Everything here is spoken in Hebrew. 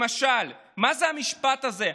למשל, מה זה המשפט הזה,